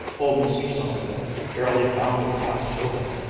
old mr. sommerville fairly bounded past sylvia,